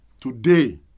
today